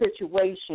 situation